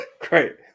Great